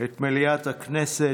את מליאת הכנסת.